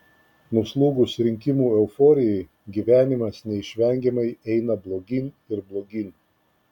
nuslūgus rinkimų euforijai gyvenimas neišvengiamai eina blogyn ir blogyn